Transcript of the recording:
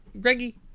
Greggy